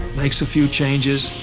makes a few changes,